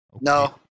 No